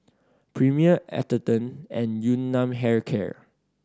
Premier Atherton and Yun Nam Hair Care